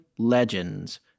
legends